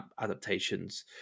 adaptations